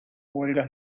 huelgas